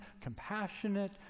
compassionate